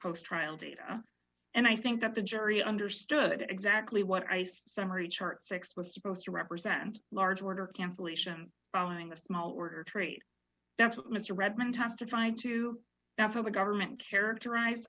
post trial data and i think that the jury understood exactly what ice summary chart six was supposed to represent large order cancellations following the smaller tree that's what mr redmond testified to that's how the government characterize